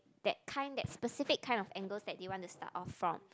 that kind that specific kind of angle that they want to start off from